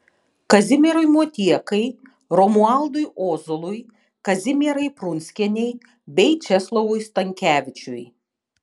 kazimierui motiekai romualdui ozolui kazimierai prunskienei bei česlovui stankevičiui